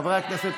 חברי הכנסת,